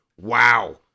Wow